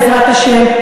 בעזרת השם,